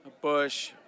Bush